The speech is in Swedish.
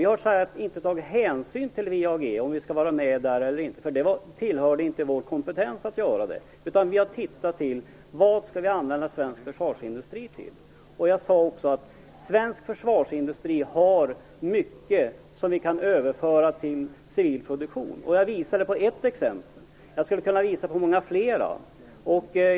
Vi har inte tagit hänsyn till om vi skall vara med i WEAG eller inte därför att det inte tillhör vår kompetens att göra det. Vi har tittat på vad vi skall använda svensk försvarsindustri till. Jag sade också att svensk försvarsindustri har mycket som vi kan överföra till civil produktion. Jag visade på ett exempel. Jag skulle kunna visa på många fler.